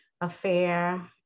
affair